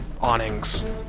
awnings